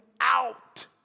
out